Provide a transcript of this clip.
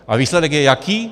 A výsledek je jaký?